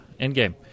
endgame